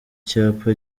cyapa